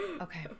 Okay